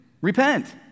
repent